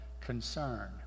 concern